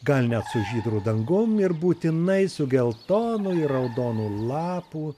gal net su žydru dangum ir būtinai su geltonu ir raudonu lapų